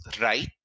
right